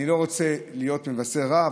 אני לא רוצה להיות מבשר רע,